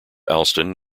alston